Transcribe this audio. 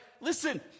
listen